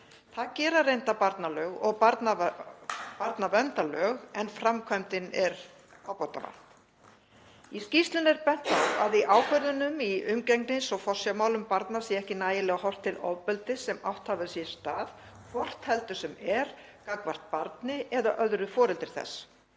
Það gera reyndar barnaverndarlög en framkvæmdinni er ábótavant. Í skýrslunni er bent á að í ákvörðunum í umgengnis- og forsjármálum barna sé ekki nægjanlega horft til ofbeldis sem átt hafi sér stað, hvort heldur sem er gagnvart barni eða öðru foreldri þess.